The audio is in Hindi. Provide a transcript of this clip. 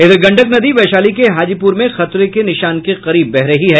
इधर गंडक नदी वैशाली के हाजीपुर में खतरे के निशान के करीब बह रही है